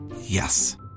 Yes